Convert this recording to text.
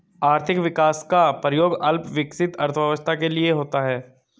आर्थिक विकास का प्रयोग अल्प विकसित अर्थव्यवस्था के लिए होता है